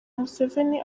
museveni